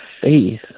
faith